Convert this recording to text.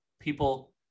people